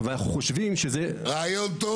ואנחנו חושבים שזה --- רעיון טוב,